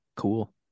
cool